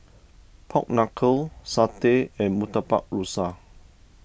Pork Knuckle Satay and Murtabak Rusa